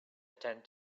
attend